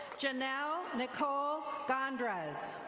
janelle nicole gandres.